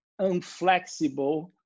unflexible